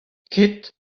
ket